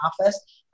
office